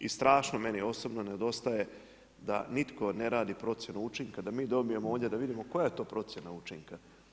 I strašno meni osobno nedostaje da nitko ne radi procjenu učinka, da mi dobijemo ovdje da vidimo koja je to procjena učinka.